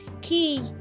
Key